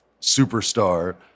superstar